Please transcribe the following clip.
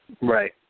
Right